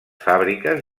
fàbriques